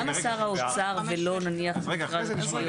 למה שר האוצר ולא נניח משרד התשתיות?